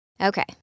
Okay